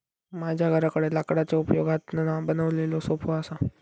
माझ्या घराकडे लाकडाच्या उपयोगातना बनवलेलो सोफो असा